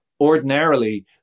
ordinarily